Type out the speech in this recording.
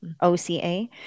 O-C-A